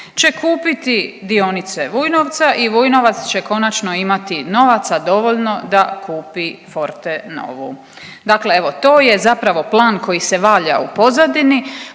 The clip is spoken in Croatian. će kupiti dionice Vujnovca i Vujnovac će konačno imati novaca dovoljno da kupi Fortenovu. Dakle evo, to je zapravo plan koji se valja u pozadini,